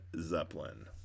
Zeppelin